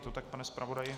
Je to tak, pane zpravodaji?